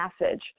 message